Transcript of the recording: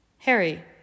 Harry